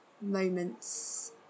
moments